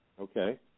Okay